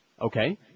Okay